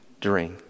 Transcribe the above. drink